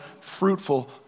fruitful